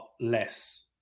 less